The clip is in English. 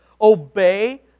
Obey